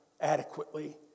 adequately